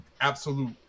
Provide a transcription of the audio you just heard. absolute